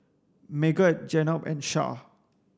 Megat Jenab and Shah